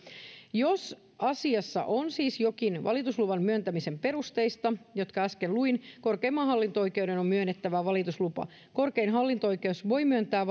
jos asiassa on siis jokin niistä valitusluvan myöntämisen perusteista jotka äsken luin korkeimman hallinto oikeuden on myönnettävä valituslupa korkein hallinto oikeus voi myöntää